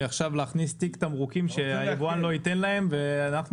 להכניס תיק תמרוקים שהיבואן לא ייתן להם ואנחנו